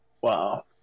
Wow